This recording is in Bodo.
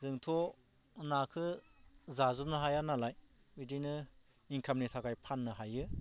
जोंथ' नाखो जाजोबनो हाया नालाय बिदिनो इनकामनि थाखाय फान्नो हायो